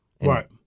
Right